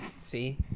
See